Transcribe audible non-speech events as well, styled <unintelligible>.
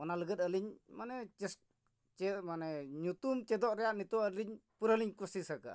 ᱚᱱᱟ ᱞᱟᱹᱜᱤᱫ ᱟᱹᱞᱤᱧ ᱢᱟᱱᱮ <unintelligible> ᱪᱮᱫ ᱢᱟᱱᱮ ᱧᱩᱛᱩᱢ ᱪᱮᱫᱚᱜ ᱨᱮᱭᱟᱜ ᱱᱤᱛᱚᱜ ᱟᱹᱞᱤᱧ ᱯᱩᱨᱟᱹᱞᱤᱧ ᱠᱩᱥᱤᱥ ᱟᱠᱟᱜᱼᱟ